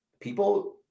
people